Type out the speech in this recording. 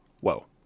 Whoa